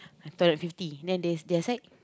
hundred fifty then their their side